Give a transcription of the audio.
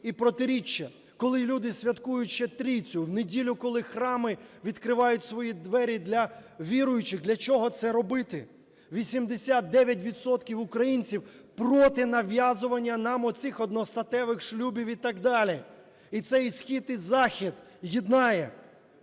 і протиріччя, коли люди святкують ще Трійцю? В неділю, коли храми відкривають свої двері для віруючих, для чого це робити? 89 відсотків українців проти нав'язування нам оцих одностатевих шлюбів і так далі. І це і схід, і захід єднає.